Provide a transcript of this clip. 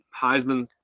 Heisman